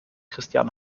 christian